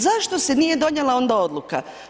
Zašto se nije donijela onda odluka?